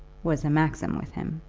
was a maxim with him.